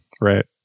Right